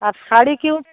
আর শাড়ি কিরকম